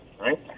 Right